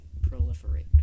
proliferate